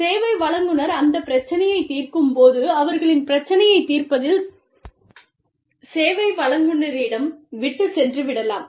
சேவை வழங்குநர் அந்தப் பிரச்சினையைத் தீர்க்கும்போது அவர்களின் பிரச்சினையைத் தீர்ப்பதில் சேவை வழங்குநரிடம் விட்டுச் சென்றுவிடலாம்